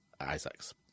Isaacs